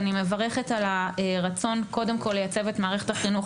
אני מברכת על הרצון קודם כל לייצב את מערכת החינוך,